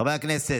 חברי הכנסת,